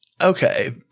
Okay